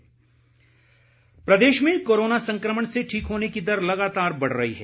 Himachal corona Pradesh में corona संक्रमण से ठीक होने की दर लगातार बढ़ रही है